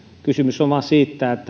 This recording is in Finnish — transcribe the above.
kysymys on vain siitä